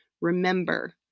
remember